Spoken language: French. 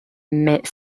mais